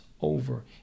over